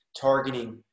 targeting